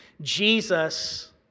Jesus